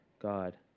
God